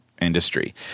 Industry